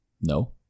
No